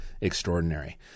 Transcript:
extraordinary